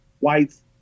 whites